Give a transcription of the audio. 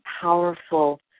powerful